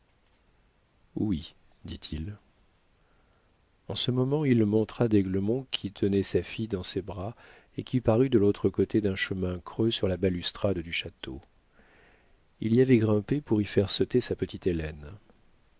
oui dit-il en ce moment il montra d'aiglemont qui tenait sa fille dans ses bras et qui parut de l'autre côté d'un chemin creux sur la balustrade du château il y avait grimpé pour y faire sauter sa petite